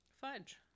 fudge